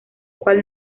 cual